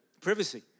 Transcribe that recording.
privacy